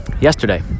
yesterday